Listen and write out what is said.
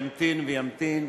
ימתין וימתין.